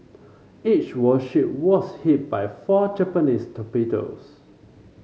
each warship was hit by four Japanese torpedoes